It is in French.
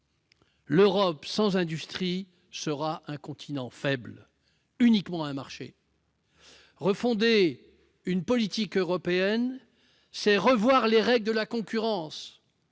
l'Europe sans industrie sera un continent faible, uniquement un marché. Refonder une politique européenne, c'est revoir les règles de la concurrence,